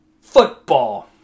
football